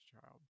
child